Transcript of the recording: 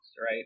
right